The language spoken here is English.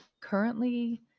currently